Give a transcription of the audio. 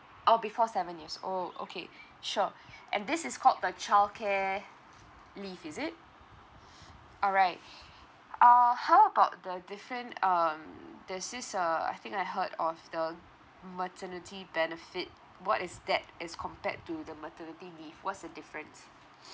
oh before seven years oh okay sure and this is called the childcare leave is it alright uh how about the different um there's this uh I think I heard of the maternity benefit what is that as compared to the maternity leave what's the difference